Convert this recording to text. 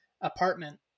apartment